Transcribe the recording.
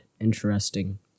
interesting